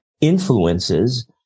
influences